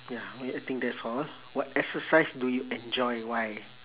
ya I think that's all what exercise do you enjoy why